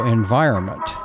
environment